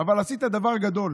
אבל עשית דבר גדול.